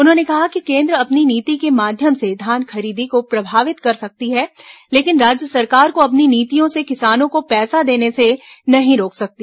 उन्होंने कहा कि केन्द्र अपनी नीति के माध्यम से धान खरीदी को प्रभावित कर सकती है लेकिन राज्य सरकार को अपनी नीतियों से किसानों को पैसा देने से नहीं रोक सकती